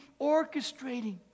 orchestrating